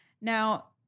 Now